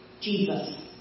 Jesus